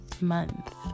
month